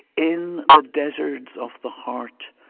in the deserts of the heart